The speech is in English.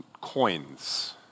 coins